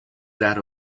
that